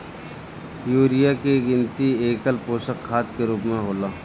urea के गिनती एकल पोषक खाद के रूप में होला